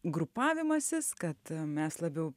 grupavimasis kad mes labiau